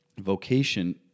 vocation